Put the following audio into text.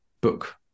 book